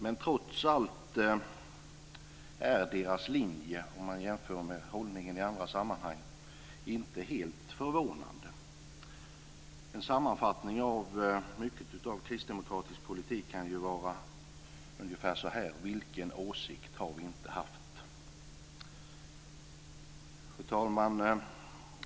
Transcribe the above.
Men trots allt är deras linje, om man jämför med hållningen i andra sammanhang, inte helt förvånande. En sammanfattning av mycket av kristdemokraternas politik kan vara ungefär så här: Vilken åsikt har vi inte haft? Fru talman!